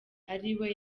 ariwe